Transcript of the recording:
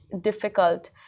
difficult